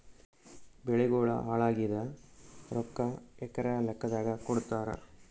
ಬೆಳಿಗೋಳ ಹಾಳಾಗಿದ ರೊಕ್ಕಾ ಎಕರ ಲೆಕ್ಕಾದಾಗ ಕೊಡುತ್ತಾರ?